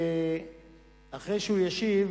ואחרי שהוא ישיב,